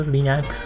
Linux